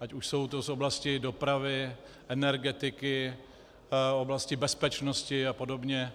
Ať už jsou z oblasti dopravy, energetiky, oblasti bezpečnosti a podobně.